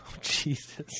Jesus